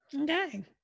okay